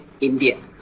India